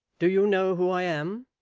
do you know who i am